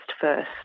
first